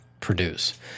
produce